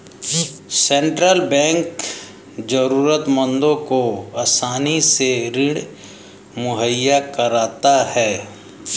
central bank जरूरतमंदों को आसानी से ऋण मुहैय्या कराता है